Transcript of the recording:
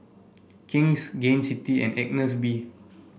King's Gain City and Agnes B